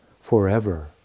forever